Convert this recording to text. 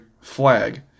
flag